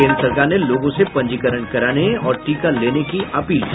केन्द्र सरकार ने लोगों से पंजीकरण कराने और टीका लेने की अपील की